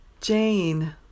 Jane